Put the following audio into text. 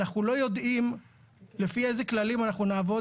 אנחנו לא יודעים לפי איזה כללים אנחנו נעבוד